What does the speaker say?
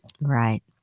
Right